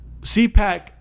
CPAC